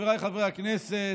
חבריי חברי הכנסת,